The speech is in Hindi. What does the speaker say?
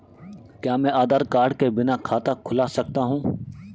क्या मैं आधार कार्ड के बिना खाता खुला सकता हूं?